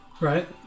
Right